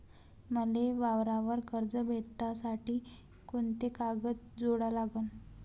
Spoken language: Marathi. मले वावरावर कर्ज भेटासाठी कोंते कागद जोडा लागन?